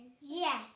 Yes